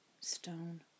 stone